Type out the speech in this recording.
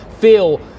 feel